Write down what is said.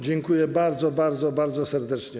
Dziękuję bardzo, bardzo, bardzo serdecznie.